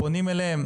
פונים אליהם.